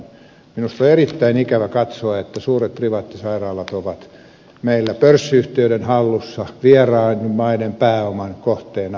minusta on erittäin ikävä katsoa että suuret privaattisairaalat ovat meillä pörssiyhtiöiden hallussa vieraiden maiden pääoman kohteena